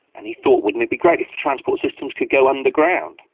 and he thought wouldn't it be great if the transport systems could go underground.